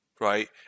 right